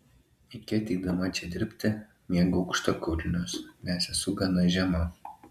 iki ateidama čia dirbti mėgau aukštakulnius nes esu gana žema